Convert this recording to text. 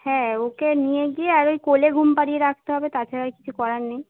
হ্যাঁ ওকে নিয়ে গিয়ে আর ওই কোলে ঘুম পাড়িয়ে রাখতে হবে তাছাড়া আর কিছু করার নেই